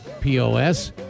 POS